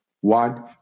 one